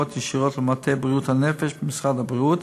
כפופות ישירות למטה בריאות הנפש במשרד הבריאות